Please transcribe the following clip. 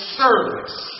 service